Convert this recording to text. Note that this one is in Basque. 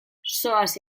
zoaz